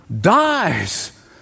dies